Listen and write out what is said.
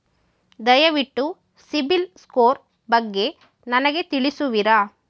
ದಯವಿಟ್ಟು ಸಿಬಿಲ್ ಸ್ಕೋರ್ ಬಗ್ಗೆ ನನಗೆ ತಿಳಿಸುವಿರಾ?